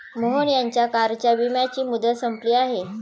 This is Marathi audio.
मोहन यांच्या कारच्या विम्याची मुदत संपली आहे